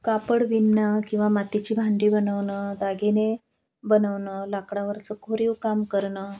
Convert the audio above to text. कापड विणणं किंवा मातीची भांडी बनवणं दागिने बनवणं लाकडावरचं कोरीवकाम करणं